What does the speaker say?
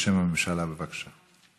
בשם הממשלה, בבקשה.